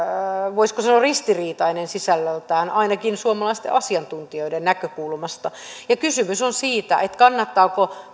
voisiko sanoa ristiriitainen sisällöltään ainakin suomalaisten asiantuntijoiden näkökulmasta kysymys on siitä kannattaako